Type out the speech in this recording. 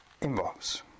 involves